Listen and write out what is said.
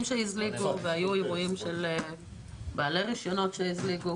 שהזליגו והיו אירועים של בעלי רישיונות שהזליגו.